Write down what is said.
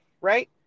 right